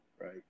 right